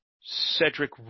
Cedric